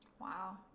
Wow